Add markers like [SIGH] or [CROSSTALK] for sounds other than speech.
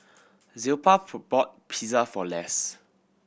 Zilpah [UNINTELLIGIBLE] bought Pizza for Less